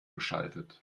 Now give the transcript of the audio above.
geschaltet